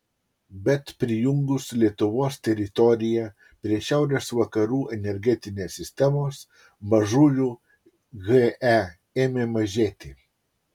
bet prijungus lietuvos teritoriją prie šiaurės vakarų energetinės sistemos mažųjų he ėmė mažėti